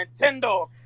Nintendo